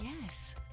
Yes